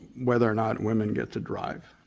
whether or not women get to drive.